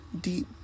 deep